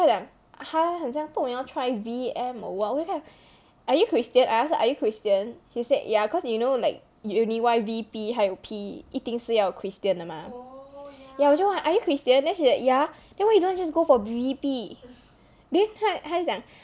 我就跟她讲她很像不懂要 try V_M or what 我就跟她讲 are you christian I asked her are you christian she said ya cause you know like uni Y V_P 还有 P 一定是要 christian 的嘛 ya 我就问她 are you christian then she like ya then why you don't just go for V_P then 她就讲